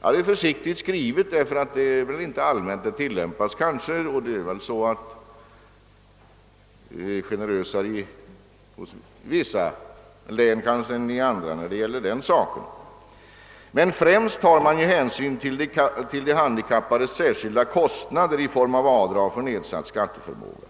Det är försiktigt skrivet, eftersom detta kanske inte tillämpas allmänt; kanhända är man mera generös i vissa län än i andra när det gäller den saken. Främst tar man emellertid hänsyn till handikappades särskilda kostnader genom avdrag för nedsatt skatteförmåga.